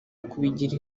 kubigira